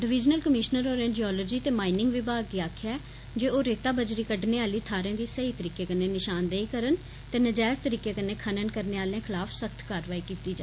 divisional commissioner होरें geology ते mining विभाग गी आक्खेआ ऐ जे ओह् रेता बजरी कड्डने आली थाहरें दी सेई तरीके कन्नै नशानदेही करन ते नजैज तरीके कन्नै खनन करने आलें खलाफ सख्त कारवाई कीती जा